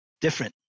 different